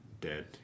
dead